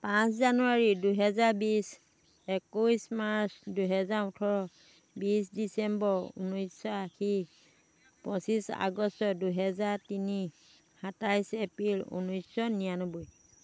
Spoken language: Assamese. পাঁচ জানুৱাৰী দুহেজাৰ বিছ একৈছ মাৰ্চ দুহেজাৰ ওঠৰ বিছ ডিচেম্বৰ ঊনৈছশ আশী পঁচিছ আগষ্ট দুহেজাৰ তিনি সাতাইছ এপ্ৰিল ঊনৈছশ নিৰানব্বৈ